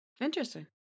Interesting